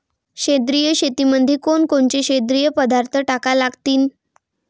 सेंद्रिय शेतीमंदी कोनकोनचे सेंद्रिय पदार्थ टाका लागतीन?